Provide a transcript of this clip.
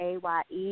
A-Y-E